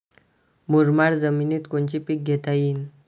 मुरमाड जमिनीत कोनचे पीकं घेता येईन?